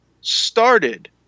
started